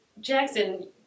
Jackson